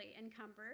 encumbered